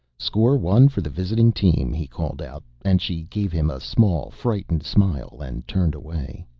score one for the visiting team, he called out, and she gave him a small, frightened smile and turned away.